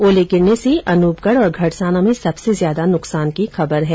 ओले गिरने से अनूपगढ़ और गढसाना में सबसे ज्यादा नुकसान की खबर है